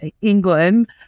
England